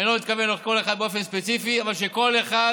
אני לא מתכוון לכל אחד באופן ספציפי אבל שכל אחד